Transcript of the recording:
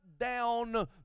down